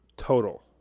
Total